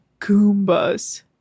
Goombas